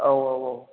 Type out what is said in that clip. औ औ औ